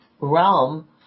realm